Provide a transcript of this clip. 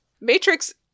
Matrix